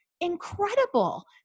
incredible